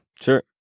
Sure